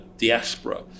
diaspora